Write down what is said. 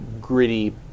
gritty